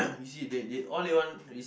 you see they they all they want